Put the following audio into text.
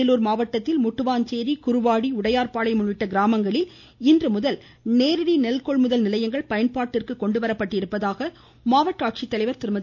அரியலூர் மாவட்டத்தில் முட்டுவாஞ்சேரி குறுவாடி உடையார்பாளையம் உள்ளிட்ட கிராமங்களில் இன்று முதல் நேரடி நெல்கொள்முதல் நிலையங்கள் பயன்பாட்டிற்கு கொண்டு வரப்பட்டுள்ளதாக மாவட்ட ஆட்சித்தலைவர் திருமதி